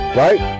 right